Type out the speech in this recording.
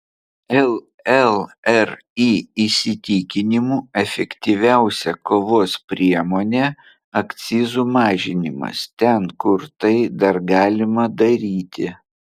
llri įsitikinimu efektyviausia kovos priemonė akcizų mažinimas ten kur tai dar galima daryti